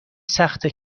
سخته